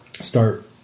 Start